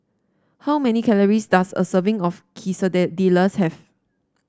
how many calories does a serving of Quesadillas have